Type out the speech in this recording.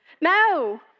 No